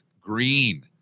green